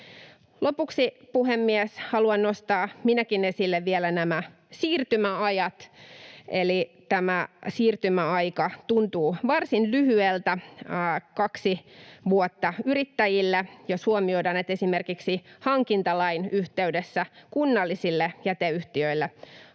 Lopuksi, puhemies, haluan nostaa minäkin esille vielä nämä siirtymäajat: eli tämä siirtymäaika tuntuu varsin lyhyeltä, kaksi vuotta yrittäjillä, jos huomioidaan, että esimerkiksi hankintalain yhteydessä kunnallisille jäteyhtiöille